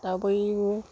তাৰ ওপৰিও